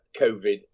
COVID